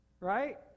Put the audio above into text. Right